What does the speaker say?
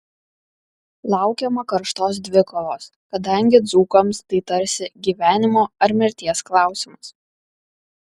laukiama karštos dvikovos kadangi dzūkams tai tarsi gyvenimo ar mirties klausimas